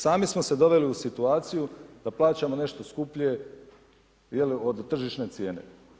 sami smo se doveli u situaciju da plaćamo nešto skuplje od tržišne cijene.